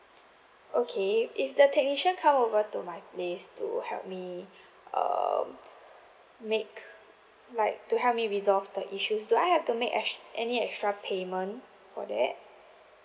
okay if the technician come over to my place to help me um make like to help me resolve the issues do I have to make ex~ any extra payment for that